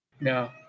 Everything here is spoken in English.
no